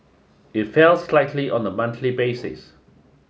it fell slightly on a monthly basis